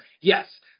Yes